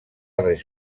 res